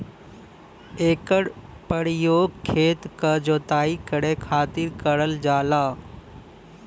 एकर परयोग खेत क जोताई करे खातिर करल जाला